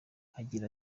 agira